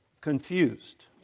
confused